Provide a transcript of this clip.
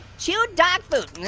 chewed dog food,